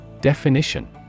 Definition